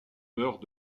mœurs